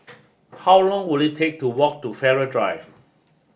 how long will it take to walk to Farrer Drive